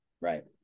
Right